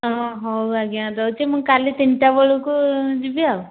ହଁ ହଉ ଆଜ୍ଞା ରହୁଛି କାଲି ତିନିଟା ବେଳକୁ ଯିବି ଆଉ